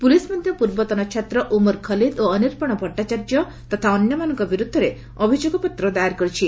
police ମଧ୍ୟ ପୂର୍ବତନ ଛାତ୍ର ଉମର ଖଲିଦ୍ ଓ ଅନିର୍ବାଣ ଭଟ୍ଟାଚାର୍ଯ୍ୟ ତଥା ଅନ୍ୟମାନଙ୍କ ବିରୁଦ୍ଧରେ ଅଭିଯୋଗପତ୍ର ଦାଏର କରିଛନ୍ତି